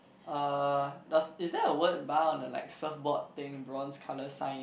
uh does is there a word bar on the like surfboard thing bronze colour sign